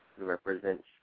represents